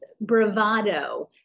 bravado